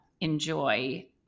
enjoy